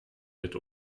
mit